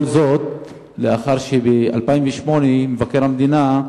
כל זאת, לאחר שב-2008 מבקר המדינה,